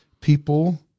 people